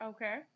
Okay